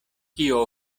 kio